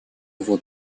его